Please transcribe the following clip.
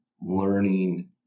learning